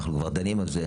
אנחנו כבר דנים על זה.